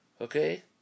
Okay